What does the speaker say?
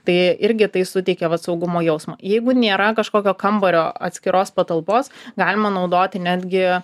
tai irgi tai suteikia vat saugumo jausmą jeigu nėra kažkokio kambario atskiros patalpos galima naudoti netgi